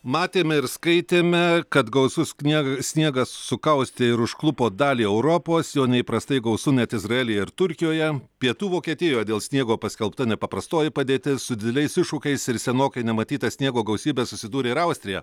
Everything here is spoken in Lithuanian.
matėme ir skaitėme kad gausus knieg sniegas sukaustė ir užklupo dalį europos jo neįprastai gausu net izraelyje ir turkijoje pietų vokietijoj dėl sniego paskelbta nepaprastoji padėtis su dideliais iššūkiais ir senokai nematyta sniego gausybe susidūrė ir austrija